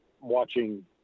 watching